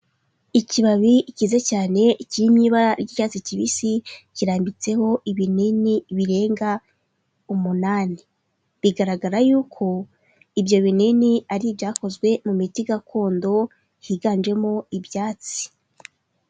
Ikibabi kiza cyane kiri mu ibara ry'icyatsi kibisi kirambitseho ibinini birenga umunani, bigaragara yuko ibyo binini ari ibyakozwe mu miti gakondo higanjemo ibyatsi.